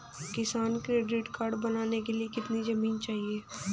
किसान credit card बनाने के लिए कितनी जमीन चाहिए?